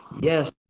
Yes